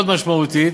מאוד משמעותית,